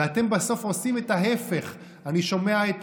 ואתם בסוף עושים את ההפך, אני שומע את